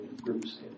groups